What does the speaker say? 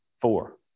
four